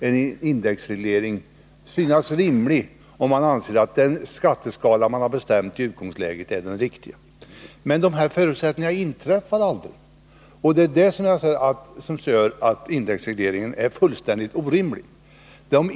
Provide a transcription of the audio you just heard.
en indexreglering synas rimlig — om man anser att den skatteskala man har bestämt i Men de förutsättningarna inträffar aldrig, och det är det som gör att indexregleringen är fullständigt orimlig.